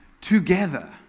together